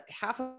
half